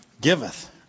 Giveth